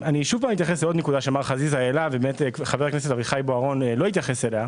אתייחס לנקודה שמר חזיז העלה וחבר הכנסת בוארון לא התייחס אליה.